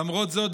למרות זאת,